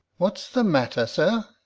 what's the matter, sir?